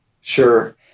Sure